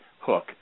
hook